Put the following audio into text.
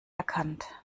erkannt